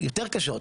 יותר קשות,